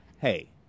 Hey